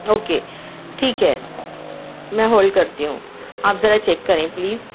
okay ٹھیک ہے میں ہولڈ کرتی ہوں آپ ذرا چیک کریں پلیز